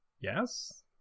yes